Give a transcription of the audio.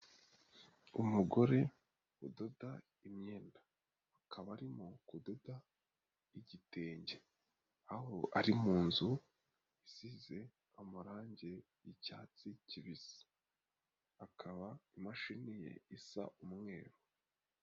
Umugore udoda imyenda, akaba arimo kudoda igitenge, aho ari mu nzu isize amarangi y'icyatsi kibisi, akaba imashini ye isa umweru.